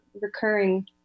recurring